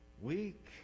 Weak